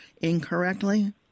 incorrectly